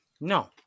No